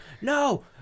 no